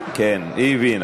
כן, היא הבינה.